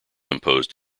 imposed